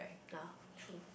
yeah true